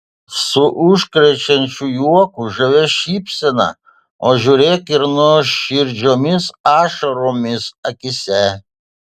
su užkrečiančiu juoku žavia šypsena o žiūrėk ir nuoširdžiomis ašaromis akyse